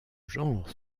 genre